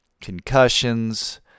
Concussions